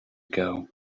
ago